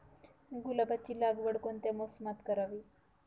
गुलाबाची लागवड कोणत्या मोसमात करावी?